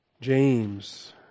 James